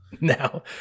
Now